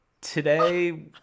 today